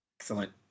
Excellent